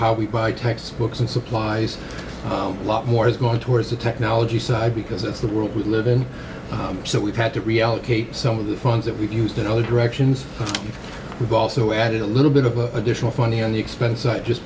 how we buy textbooks and supplies a lot more is going towards the technology side because that's the world we live in so we've had to reallocate some of the funds that we've used in other directions we've also added a little bit of additional funding on the expense side just